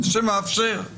חקיקה ראשית גוברת על צו.